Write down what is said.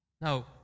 No